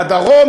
מהדרום,